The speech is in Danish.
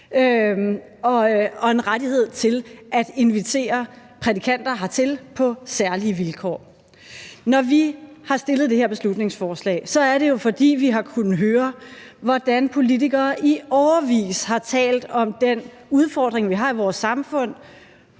og en rettighed til at invitere prædikanter hertil på særlige vilkår. Når vi har fremsat det her beslutningsforslag, er det jo, fordi vi har kunnet høre, hvordan politikere i årevis har talt om den udfordring, vi har i vores samfund,